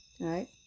right